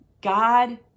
God